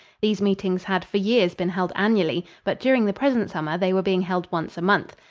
these meetings had for years been held annually, but during the present summer they were being held once a month.